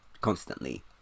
constantly